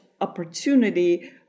opportunity